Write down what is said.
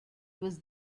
was